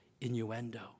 innuendo